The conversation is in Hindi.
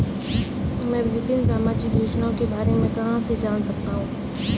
मैं विभिन्न सामाजिक योजनाओं के बारे में कहां से जान सकता हूं?